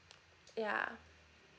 ya